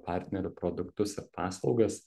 partnerių produktus ir paslaugas